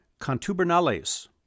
contubernales